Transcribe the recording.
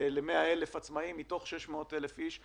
100,000 עצמאים מתוך 600,000 איש.